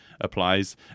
applies